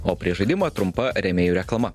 o prieš žaidimą trumpa rėmėjų reklama